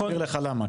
ואני אסביר לך למה.